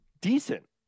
decent